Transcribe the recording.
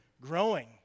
growing